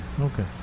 Okay